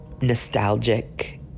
nostalgic